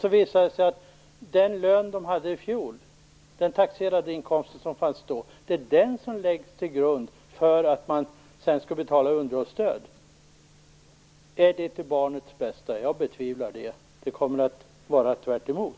Det visar sig att den lön de hade i fjol - den taxerade inkomst som fanns då - läggs till grund för återbetalningarna av underhållsstödet. Ser man till barnens bästa? Jag betvivlar det. Det kommer att bli tvärtom.